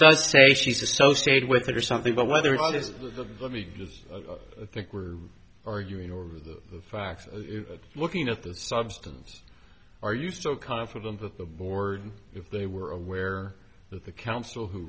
does say she's associated with or something but whether it's just the let me just think we're arguing over the fact that looking at the substance are you still confident that the board if they were aware that the counsel who